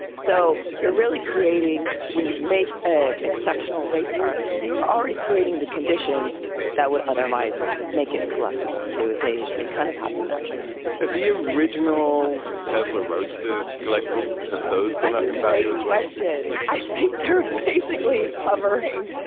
so you're really creating when you make a exceptional race car, you're already creating the conditions that would otherwise make it collectible to. they they kind of happen naturally the original tesla roadsters collectable have those valuable question i think they're basically hovering.